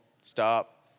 stop